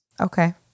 Okay